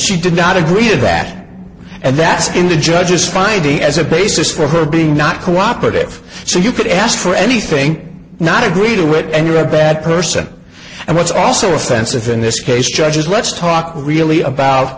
she did not agree to that and that's been the judge's finding as a basis for her being not cooperative so you could ask for anything not agree to it and you're a bad person and what's also offensive in this case judge is let's talk really about